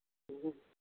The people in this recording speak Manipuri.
ꯎꯝ